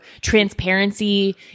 transparency